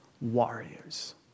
warriors